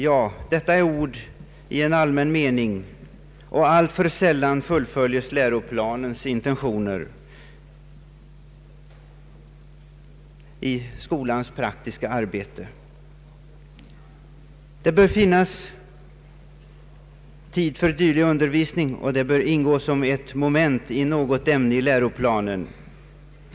Ja, detta är ord i en allmän mening, och alltför sällan fullföljes läroplanens intentioner i skolans praktiska arbete. Det bör finnas tid för dylik undervisning, och den bör ingå som ett moment i något ämne i läroplanen.